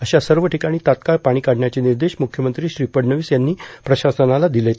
अशा सर्व ठिकाणी तात्काळ पाणी काढण्याचे निर्देश मुख्यमंत्री श्री फडणवीस यांनी प्रशासनाला दिलेत